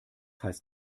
heißt